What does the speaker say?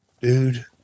dude